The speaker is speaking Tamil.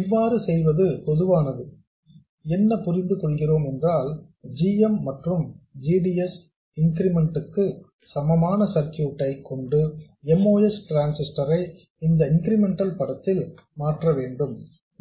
இவ்வாறு செய்வது பொதுவானது என்ன புரிந்து கொள்கிறோம் என்றால் g m மற்றும் g d s இன்கிரிமெண்ட் க்கு சமமான சர்க்யூட் ஐ கொண்டு MOS டிரான்ஸிஸ்டர் ஐ இந்த இன்கிரிமெண்டல் படத்தில் மாற்றவேண்டும்